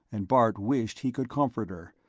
and bart wished he could comfort her,